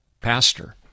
pastor